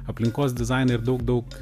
aplinkos dizainą ir daug daug